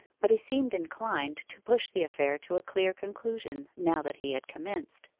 but he seemed inclined to push the affair to a clear conclusion now that he had commenced.